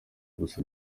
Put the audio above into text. gusa